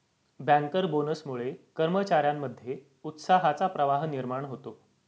banker बोनसमुळे कर्मचार्यांमध्ये उत्साहाचा प्रवाह निर्माण होतो